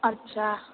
आदसा